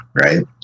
right